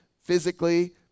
physically